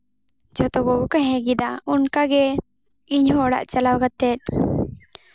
ᱡᱷᱚᱛᱚ ᱠᱚᱜᱮ ᱠᱚ ᱦᱮᱸ ᱠᱮᱫᱟ ᱚᱱᱠᱟᱜᱮ ᱤᱧ ᱦᱚᱸ ᱚᱲᱟᱜ ᱪᱟᱞᱟᱣ ᱠᱟᱛᱮ